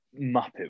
muppet